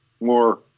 more